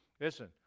Listen